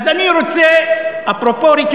אולי פעם בשנתיים.